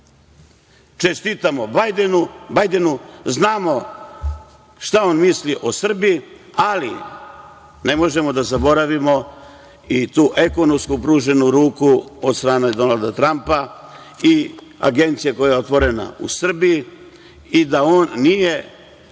Čestitamo Bajdenu, znamo šta on misli o Srbiji, ali ne možemo da zaboravimo i tu ekonomsku pruženu ruku od strane Donalda Trampa i agencije koja je otvorena u Srbiji i da on nije